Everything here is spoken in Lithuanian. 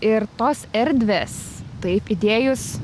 ir tos erdvės taip įdėjus